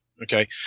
Okay